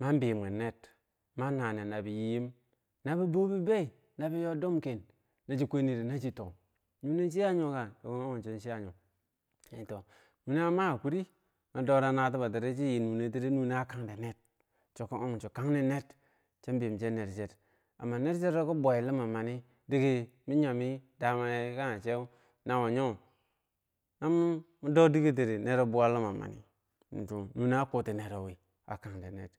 man bibwer ner man nane nabi yiyim, nabi bohbibai nabi yoh dumgen, nashi kwaniri nasi toh, min nune chiyah yoka ki oh chikioh chin chiyayoh, mindoran natibotiri, chiyinunericha kagdener chiki oh macha kang ner ti amma, dike mi yimi damayehkage chew na wunyoh no mun do diker tiri nero bwar lima mani, min toh nuneh akuti nerowi akkan de ner.